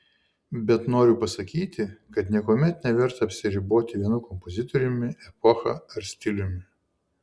bet noriu pasakyti kad niekuomet neverta apsiriboti vienu kompozitoriumi epocha ar stiliumi